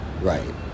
Right